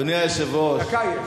אדוני היושב-ראש,